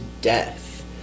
death